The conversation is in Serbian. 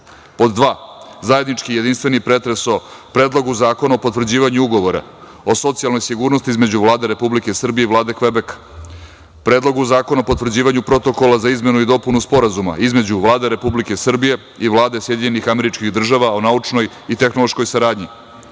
u sportu; Zajednički jedinstveni pretres o: Predlogu zakona o potvrđivanju ugovora o socijalnoj sigurnosti između Vlade Republike Srbije i Vlade Kvebeka, Predlogu zakona o potvrđivanju Protokola za izmenu i dopunu Sporazuma između Vlade Republike Srbije i Vlade SAD o naučnoj i tehnološkoj saradnji,